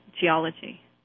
geology